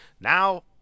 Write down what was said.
Now